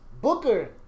Booker